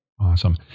Awesome